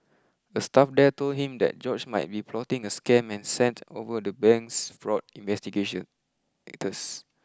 a staff there told him that George might be plotting a scam and sent over the bank's fraud investigation gators